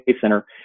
Center